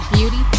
Beauty